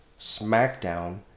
Smackdown